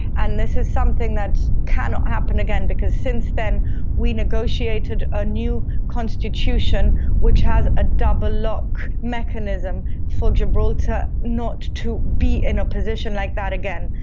and this is something that cannot happen again because since then we negotiated a new constitution which has a double lock mechanism for gibraltar not to be in a position like that again.